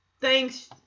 thanks